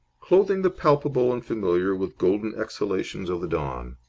clothing the palpable and familiar with golden exhalations of the dawn,